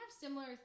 similar